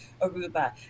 Aruba